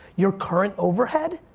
your current overhead?